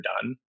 done